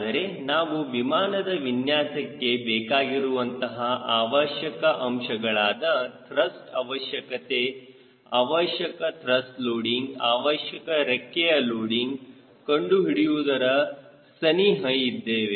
ಆದರೆ ನಾವು ವಿಮಾನದ ವಿನ್ಯಾಸಕ್ಕೆ ಬೇಕಾಗಿರುವಂತಹ ಅವಶ್ಯಕ ಅಂಶಗಳಾದ ತ್ರಸ್ಟ್ ಅವಶ್ಯಕತೆ ಅವಶ್ಯಕ ತ್ರಸ್ಟ್ ಲೋಡಿಂಗ್ ಅವಶ್ಯಕ ರೆಕ್ಕೆಯ ಲೋಡಿಂಗ್ ಕಂಡುಹಿಡಿಯುವುದರ ಸನಿಹ ಇದ್ದೇವೆ